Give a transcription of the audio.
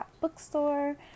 bookstore